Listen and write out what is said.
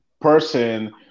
person